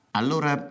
allora